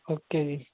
okay जी